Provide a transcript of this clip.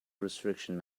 restriction